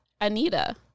Anita